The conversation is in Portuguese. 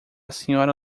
sra